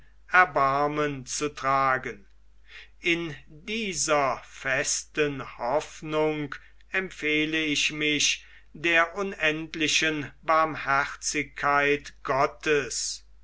erbarmen zu tragen in dieser festen hoffnung empfehle ich mich der unendlichen barmherzigkeit gottes